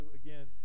again